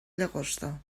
llagosta